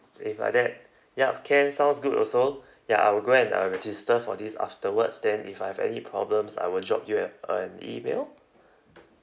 if like that yup can sounds good also ya I will go and uh register for this afterwards then if I have any problems I will drop you uh an email